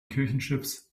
kirchenschiffs